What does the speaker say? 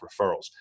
referrals